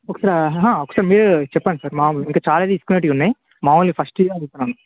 ఒక సా ఒకసారి మీరు చెప్పండి సార్ మాములు ఇంకా చాలా తీసుకునేవి ఉన్నాయి మాములుగా ఫస్ట్ ఇవి అడుగతున్నాను